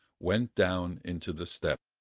went down into the steppe.